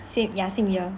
same ya same ear